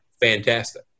fantastic